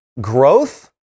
growth